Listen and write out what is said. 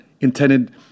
intended